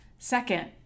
Second